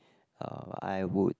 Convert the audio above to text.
uh I would